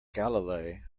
galilei